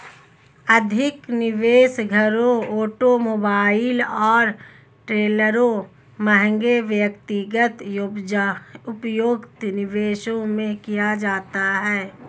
अधिक निवेश घरों ऑटोमोबाइल और ट्रेलरों महंगे व्यक्तिगत उपभोग्य निवेशों में किया जाता है